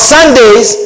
Sundays